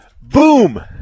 Boom